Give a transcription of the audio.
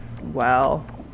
wow